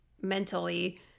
mentally